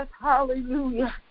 Hallelujah